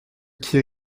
qui